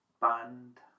Band